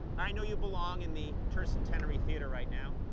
i know you belong in the tercentenary theatre right now,